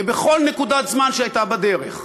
ובכל נקודת זמן שהייתה בדרך,